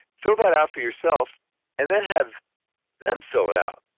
fill that out for yourself and then have them fill it out,